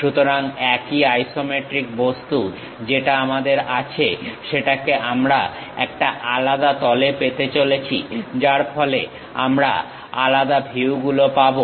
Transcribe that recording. সুতরাং একই আইসোমেট্রিক বস্তু যেটা আমাদের আছে সেটাকে আমরা একটা আলাদা তলে পেতে চলেছি যার ফলে আমরা আলাদা ভিউগুলো পাবো